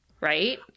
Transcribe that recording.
Right